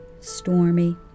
stormy